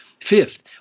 Fifth